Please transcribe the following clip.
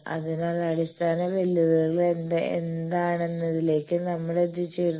അതിനാൽ അടിസ്ഥാന വെല്ലുവിളികൾ എന്താണെന്നതിലേക്ക് നമ്മൾ എത്തിച്ചേരുന്നു